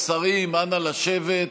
השרים, אנא, לשבת.